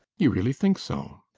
you really think so?